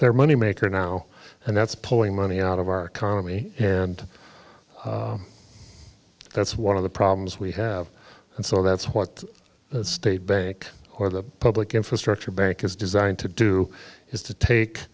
their moneymaker now and that's pulling money out of our economy and that's one of the problems we have and so that's what the state bank or the public infrastructure bank is designed to do is to take